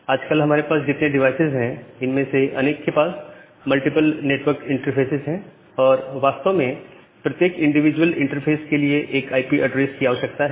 आजकल हमारे पास जितने डिवाइसेज है इनमें से अनेक के पास मल्टीपल नेटवर्क इंटरफ़ेसेज है और वास्तव में प्रत्येक इंडिविजुअल इंटरफेस के लिए एक आईपी एड्रेस की आवश्यकता है